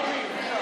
מילה זו מילה.